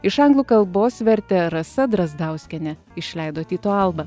iš anglų kalbos vertė rasa drazdauskienė išleido tyto alba